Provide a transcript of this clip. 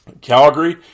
Calgary